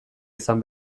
izan